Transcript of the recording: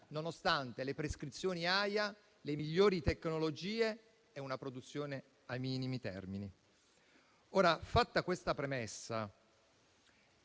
nonostante le prescrizioni AIA, le migliori tecnologie e una produzione ai minimi termini. Fatta questa premessa,